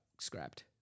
scrapped